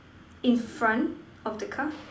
in front of the car